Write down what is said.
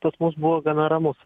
pas mus buvo gana ramus